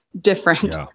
different